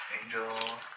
Angel